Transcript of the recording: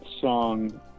song